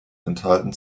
enthalten